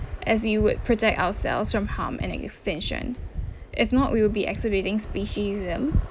as we would protect ourselves from harm and extinction if not we will be exhibiting speciesism